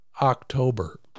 october